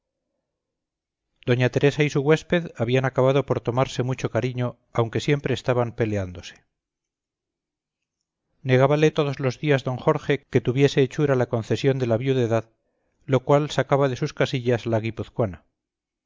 doña teresa y su huésped habían acabado por tomarse mucho cariño aunque siempre estaban peleándose negábale todos los días d jorge que tuviese hechura la concesión de la viudedad lo cual sacaba de sus casillas a la